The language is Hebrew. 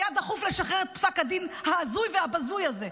היה דחוף לשחרר את פסק הדין ההזוי והבזוי הזה.